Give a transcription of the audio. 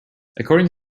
according